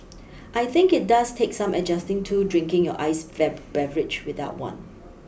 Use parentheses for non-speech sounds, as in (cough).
I think it does take some adjusting to drinking your iced (unintelligible) beverage without one